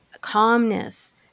calmness